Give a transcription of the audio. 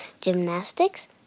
gymnastics